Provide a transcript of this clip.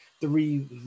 three